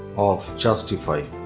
of justified.